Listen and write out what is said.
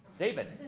david.